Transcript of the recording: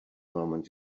moment